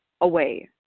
away